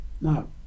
no